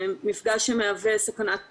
שמהווה סכנת חיים,